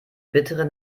bittere